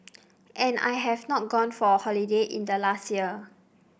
and I have not gone for a holiday in the last year